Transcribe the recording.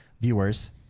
viewers